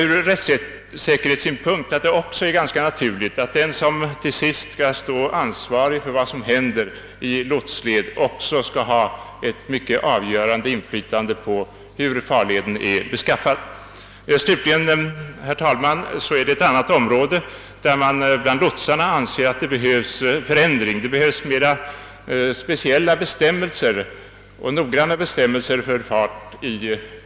Ur rättssäkerhetssynpunkt tycker jag att det är ganska naturligt att de som i sista hand står ansvariga för vad som händer i lotsled också skall ha ett avgörande inflytande på farledernas beskaffenhet. Slutligen, herr talman, anser lotsarna att det behövs noggrant utformade bestämmelser för fart i inre farvatten.